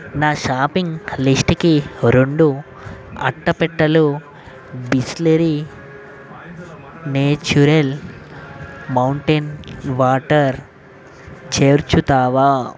నా షాపింగ్ లిస్టుకి రెండు అట్టపెట్టెలు బిస్లెరి నేచురల్ మౌంటేన్ వాటర్ చేర్చుతావా